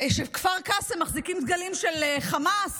שבכפר קאסם מחזיקים דגלים של חמאס